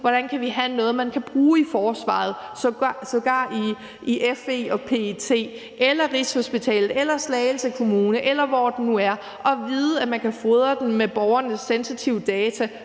Hvordan kan vi have noget, som man kan bruge i forsvaret, sågar i FE og PET, eller på Rigshospitalet eller i Slagelse Kommune, eller hvor det nu er, og vide, at man kan fodre den med borgernes sensitive data,